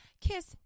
kiss